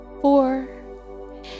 four